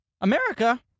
America